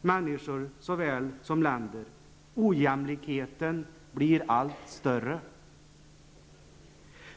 såväl människor som länder. Ojämlikheten blir allt större.